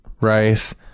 rice